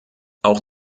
auch